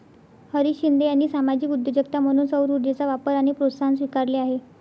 हरीश शिंदे यांनी सामाजिक उद्योजकता म्हणून सौरऊर्जेचा वापर आणि प्रोत्साहन स्वीकारले आहे